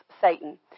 Satan